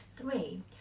three